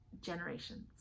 generations